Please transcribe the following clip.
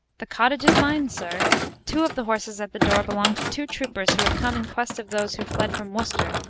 the cottage is mine, sir two of the horses at the door belong to two troopers who have come in quest of those who fled from worcester,